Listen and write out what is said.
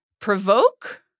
provoke